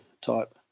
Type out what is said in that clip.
type